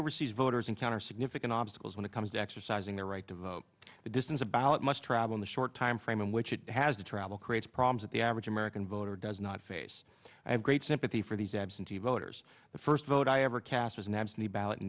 overseas voters encounter significant obstacles when it comes to exercising their right to vote the distance a ballot must travel in the short time frame in which it has to travel creates problems that the average american voter does not face i have great sympathy for these absentee voters the first vote i ever cast was an absentee ballot